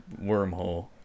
wormhole